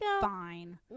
Fine